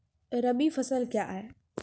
रबी फसल क्या हैं?